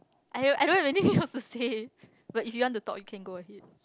I have I don't have anything else to say but if you want to talk you can go ahead